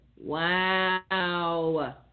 Wow